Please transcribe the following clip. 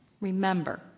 remember